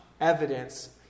evidence